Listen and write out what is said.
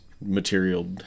material